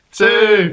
two